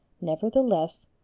Nevertheless